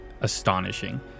astonishing